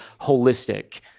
holistic